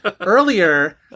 earlier